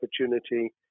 opportunity